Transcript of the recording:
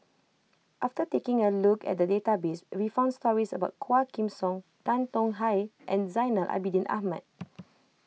after taking a look at the database we found stories about Quah Kim Song Tan Tong Hye and Zainal Abidin Ahmad